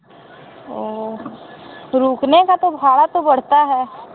ओ तो रुकने का तो भाड़ा तो बढ़ता है